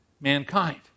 mankind